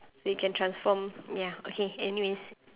they can transform ya okay anyways